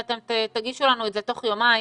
ואתם תגישו לנו את זה תוך יומיים.